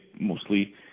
mostly